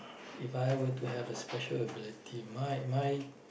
If I were to have a special ability my my